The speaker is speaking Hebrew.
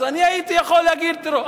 אני הייתי יכול להגיד: תראו,